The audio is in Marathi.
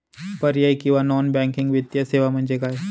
पर्यायी किंवा नॉन बँकिंग वित्तीय सेवा म्हणजे काय?